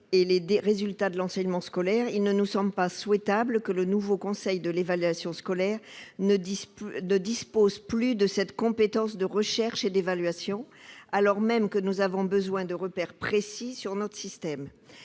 et des résultats de l'enseignement scolaire, il ne nous semble pas souhaitable de priver le nouveau conseil de l'évaluation scolaire de cette compétence de recherche et d'évaluation, alors même que nous avons besoin de repères précis quant à notre système.